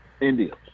India